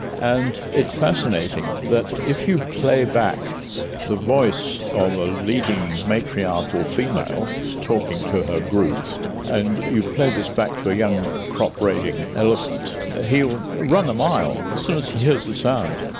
and it's fascinating that if you play back the voice of a leading matriarchal female talking to her group and you play this back to a young crop-raiding elephant, he will run a mile as soon as he hears the sound.